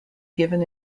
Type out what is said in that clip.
given